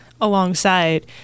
alongside